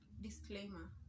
Disclaimer